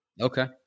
Okay